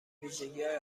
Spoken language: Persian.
ویژگیهای